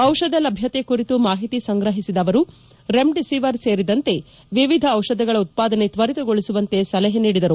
ಔಷಧ ಲಭ್ಯತೆ ಕುರಿತು ಮಾಹಿತಿ ಸಂಗ್ರಹಿಸಿದ ಅವರು ರೆಮ್ಡಿಸಿವರ್ ಸೇರಿದಂತೆ ವಿವಿಧ ಔಷಧಗಳ ಉತ್ವಾದನೆ ತ್ವರಿತಗೊಳಿಸುವಂತೆ ಸಲಹೆ ನೀಡಿದರು